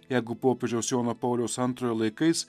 jeigu popiežiaus jono pauliaus antrojo laikais